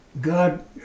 God